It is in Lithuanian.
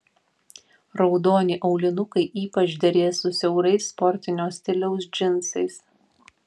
raudoni aulinukai ypač derės su siaurais sportinio stiliaus džinsais